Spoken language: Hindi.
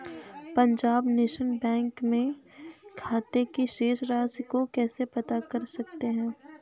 पंजाब नेशनल बैंक में खाते की शेष राशि को कैसे पता कर सकते हैं?